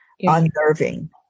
unnerving